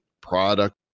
product